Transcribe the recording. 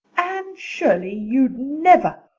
anne shirley, you'd never!